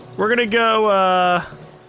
we're going to go uhh,